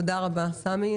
תודה רבה, סמי.